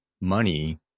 money